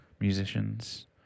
musicians